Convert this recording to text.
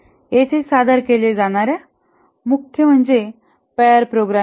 येथे सादर केल्या जाणार्या मुख्य म्हणजे पेयर प्रोग्रामिंग